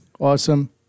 Awesome